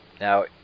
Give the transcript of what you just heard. Now